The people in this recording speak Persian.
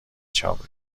چاپ